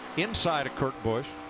inside of kurt busch.